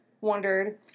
wondered